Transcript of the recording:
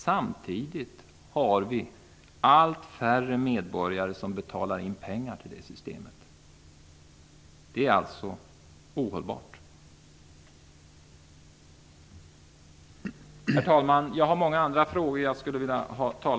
Samtidigt har vi allt färre medborgare som betalar in pengar till systemet. Det är alltså ohållbart. Herr talman! Det är många andra frågor som jag skulle vilja tala om.